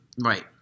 Right